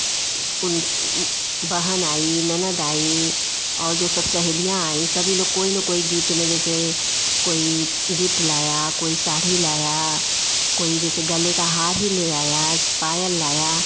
उन बहन आई ननद आई और जो सब सहेलियाँ आई सभी लोग कोई न कोई गिफ्ट में जैसे कोई गिफ्ट लाया कोई साड़ी लाया कोई जैसे गले का हार ही ले आया पायल लाया